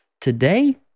Today